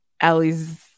Ellie's